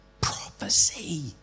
prophecy